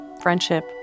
friendship